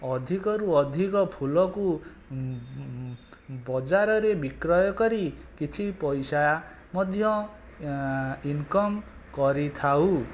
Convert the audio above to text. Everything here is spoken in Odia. ଅଧିକରୁ ଅଧିକ ଫୁଲକୁ ବଜାରରେ ବିକ୍ରୟ କରି କିଛି ପଇସା ମଧ୍ୟ ଇନକମ କରିଥାଉ